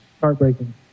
Heartbreaking